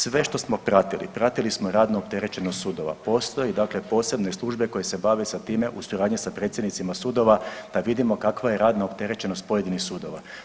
Sve što smo pratili, pratili smo radno opterećenost sudova, postoji dakle posebne službe koje se bave sa time u suradnji sa predsjednicima sudova da vidimo kakva je radna opterećenost pojedinih sudova.